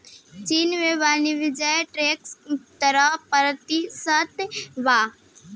चीन में वाणिज्य टैक्स तेरह प्रतिशत बा